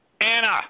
Anna